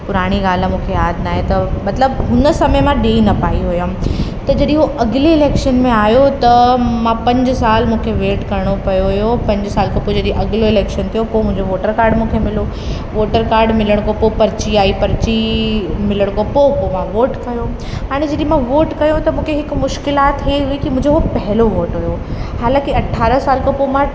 पुराणी ॻाल्हि आहे मूंखे याद न आहे त मतलबु हुन समय मां ॾेई न पाई हुअमि त जॾहिं उहो अगले इलेक्शन में आयो त मां पंज साल मूंखे वेट करिणो पियो हुओ पंज साल खां पोइ जॾहिं अॻलो इलेक्शन थियो पोइ मुंहिंजो वॉटर काड मूंखे मिलो वॉटर काड मिलण खां पोइ पर्ची आहीं पर्ची मिलण खां पोइ पोइ मां वोट कयो हाणे जॾहिं मां वोट कयो त मूंखे हिकु मुश्किलात इहे थी मुंहिंजो उहो पहलो वोट हुओ हालाकि अरड़ह साल खां पोइ मां